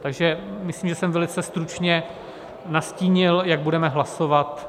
Takže myslím, že jsem velice stručně nastínil, jak budeme hlasovat.